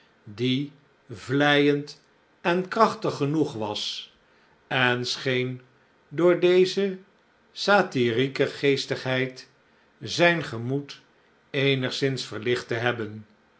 die vleiend en krachtig genoeg was en scheen door deze satirieke geestigheid zijn gemoed eenigszins verlicht te hebben